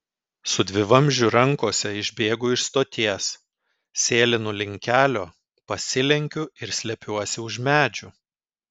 su dvivamzdžiu rankose išbėgu iš stoties sėlinu link kelio pasilenkiu ir slepiuosi už medžių